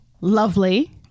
lovely